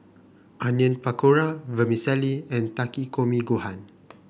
Onion Pakora Vermicelli and Takikomi Gohan